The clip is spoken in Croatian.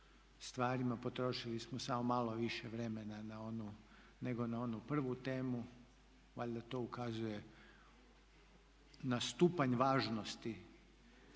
stvarima potrošili smo samo malo više vremena nego na onu prvu temu, valjda to ukazuje na stupanj važnosti